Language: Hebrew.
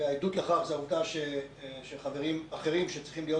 והעדות לכך היא שחברים אחרים שצריכים להיות